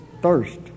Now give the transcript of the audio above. thirst